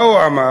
מה הוא אמר?